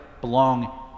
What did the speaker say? belong